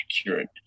accurate